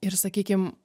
ir sakykim